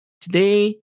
today